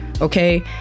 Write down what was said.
Okay